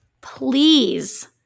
please